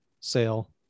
sale